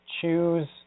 choose